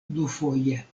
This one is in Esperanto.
dufoje